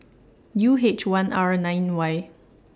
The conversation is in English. U H one R nine Y